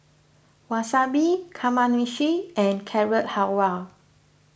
Wasabi Kamameshi and Carrot Halwa